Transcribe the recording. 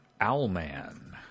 Owlman